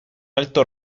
alto